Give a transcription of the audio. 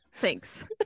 thanks